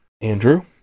Andrew